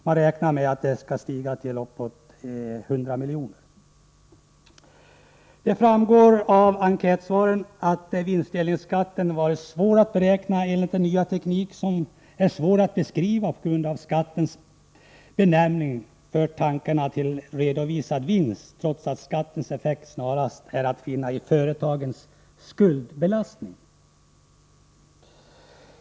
Man räknar nämligen med en ökning till uppemot 100 milj.kr. Vidare framgår det av enkätsvaren att det varit svårt att beräkna vinstdelningsskatten med den nya teknik som är svår att beskriva på grund av skattens benämning. Tanken går nämligen till redovisad vinst, trots att skatteeffekten snarast är att finna i företagens skuldbelastning.